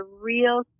real